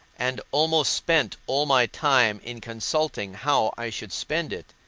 and almost spent all my time in consulting how i should spend it,